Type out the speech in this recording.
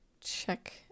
check